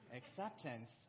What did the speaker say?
acceptance